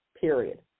period